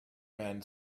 men